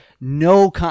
no